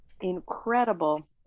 incredible